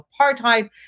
apartheid